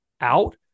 out